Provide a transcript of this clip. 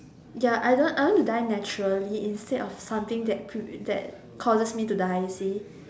ya I don't I want to die naturally instead of something that that causes me to die you see